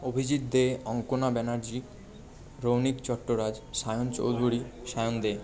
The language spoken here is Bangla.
অভিজিৎ দে অঙ্কনা ব্যানার্জি রোণিত চট্টরাজ সায়ন চৌধুরী সায়ন দে